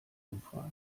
umfrage